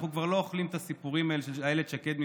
אנחנו כבר מזמן לא אוכלים את הסיפורים של אילת שקד.